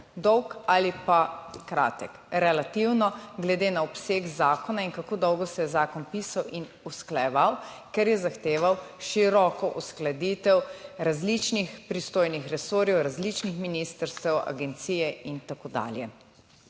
dolg ali pa kratek, relativno, glede na obseg zakona in kako dolgo se je zakon pisal in usklajeval, ker je zahteval široko uskladitev različnih pristojnih resorjev, različnih ministrstev, agencij in tako dalje.